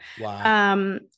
Wow